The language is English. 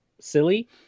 silly